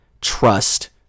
Trust